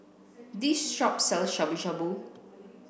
this shop sells Shabu Shabu